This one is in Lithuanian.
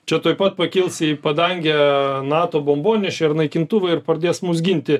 čia tuoj pat pakils į padangę nato bombonešiai ar naikintuvai ir pradės mus ginti